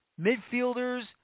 midfielders